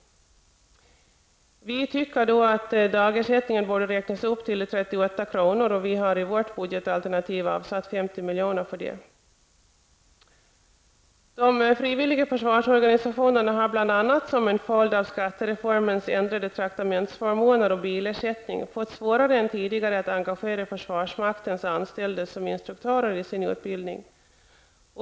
Vi tycker att dagersättningen bör räknas upp till 38 kr., och vi har i vårt budgetalternativ avsatt 50 milj.kr. De frivilliga försvarsorganisationerna har bl.a. som en följd av skattereformens ändrade traktamentsförmåner och bilersättningar fått svårare än tidigare att engagera försvarsmaktens anställda som instruktörer i sin utbildning.